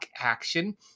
action